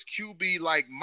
QB-like